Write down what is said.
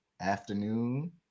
afternoon